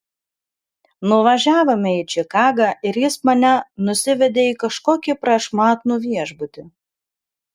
nuvažiavome į čikagą ir jis mane nusivedė į kažkokį prašmatnų viešbutį